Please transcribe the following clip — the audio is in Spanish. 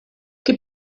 qué